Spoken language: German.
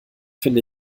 finde